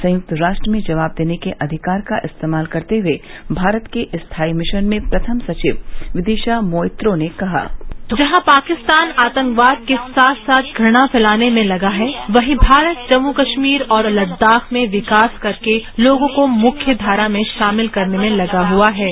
संयुक्त राष्ट्र में जवाब देने के अधिकार का इस्तेमाल करते हुए भारत के स्थायी मिशन में प्रथम सचिव विदिशा मोइत्रो नेकहा जहां पाकिस्तान आतंकवाद के साथ साथ घणा फैलाने में लगा है वहीं भारत जम्मुकश्मीर और लद्दाख में विकास करके लोगों को मुख्य धारा में शामिल करने में लगा हुआहै